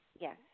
Yes